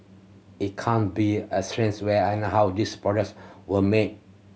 it can't be ascertained where and how these products were made